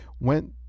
went